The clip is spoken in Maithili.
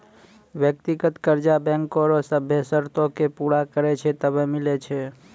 व्यक्तिगत कर्जा बैंको रो सभ्भे सरतो के पूरा करै छै तबै मिलै छै